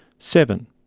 seven.